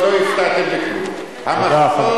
יותר מההפתעה של ראש הממשלה.